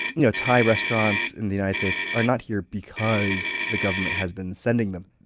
you know thai restaurants in the united states are not here because the government has been sending them